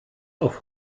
auf